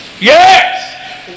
Yes